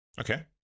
Okay